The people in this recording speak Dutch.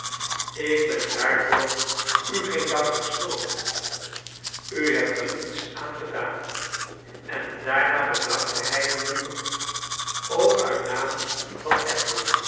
ik ben daarvoor u geen dank schuldig u hebt er niets aan gedaan en daarna bedankte hij de moeder ook uit naam van